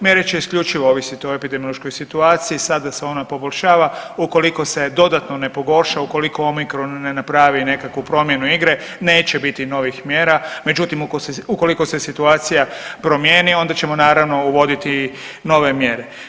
Mjere će isključivo ovisiti o epidemiološkoj situaciji, sada se ona poboljšava ukoliko se dodatno ne pogorša, ukoliko omikron ne napravi nekakvu promjenu igre neće biti novih mjera, međutim ukoliko se situacija promijeni onda ćemo naravno uvoditi nove mjere.